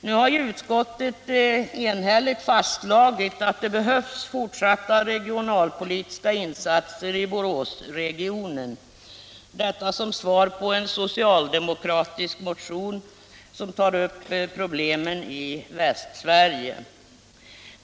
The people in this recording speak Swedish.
Nu har ju utskottet enhälligt fastslagit att det behövs fortsatta regionalpolitiska insatser i Boråsregionen, detta som svar på en socialdemokratisk motion som tar upp problemen i Västsverige.